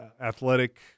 athletic